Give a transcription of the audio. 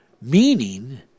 meaning